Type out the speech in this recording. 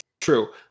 true